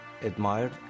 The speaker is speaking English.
admired